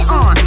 on